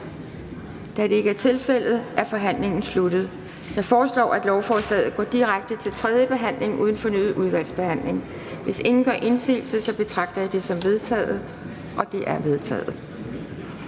Da det ikke er tilfældet, er forhandlingen sluttet. Jeg foreslår, at lovforslaget går direkte til tredje behandling uden fornyet udvalgsbehandling. Hvis ingen gør indsigelse, betragter jeg det som vedtaget. Det er vedtaget.